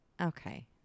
Okay